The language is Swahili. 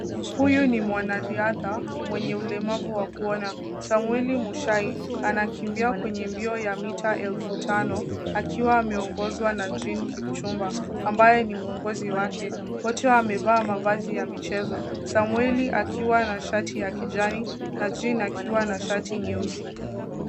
Huyu ni mwanariadha mwenye ulemavu wa kuona. Samwel Mushai anakimbia kwenye mbio ya mita elfu tano akiwa ameongozwa na Jean Kipchumba ambaye ni mwongozi wake. Wote wamevaa mavazi ya michezo, Samwel akiwa na shati ya kijani na Jean akiwa na shati nyeusi.